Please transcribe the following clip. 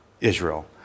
Israel